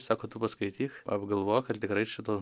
sako tu paskaityk apgalvok ar tikrai šito